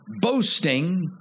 boasting